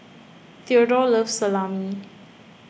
theodore loves Salami